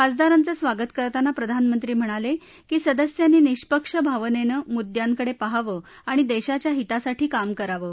खासदारांचं स्वागत करताना प्रधानमंत्री म्हणाले की संदस्यांनी निष्पक्ष भावनेनं मुद्यांकडे पाहवं आणि देशाच्या हितासाठी काम करावं